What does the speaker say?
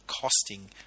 costing